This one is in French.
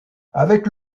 avec